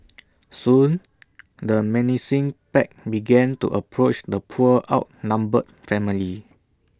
soon the menacing pack began to approach the poor outnumbered family